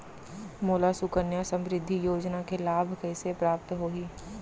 मोला सुकन्या समृद्धि योजना के लाभ कइसे प्राप्त होही?